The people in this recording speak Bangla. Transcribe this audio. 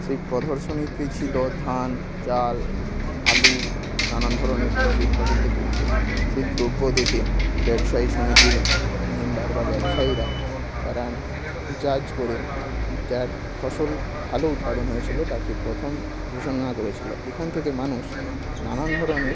সেই প্রদর্শনীতে ছিলো ধান চাল আলু নানান ধরনের কিছু উৎপাদিত দোব্য সেই দ্রব্য দেখে ব্যবসায়ী সমিতির মেম্বার বা ব্যবসায়ীরা তারা জাজ করে যার ফসল ভালো উৎপাদন হয়েছিলো তাকে প্রথম ঘোষণা করেছিলো এখান থেকে মানুষ নানান ধরনের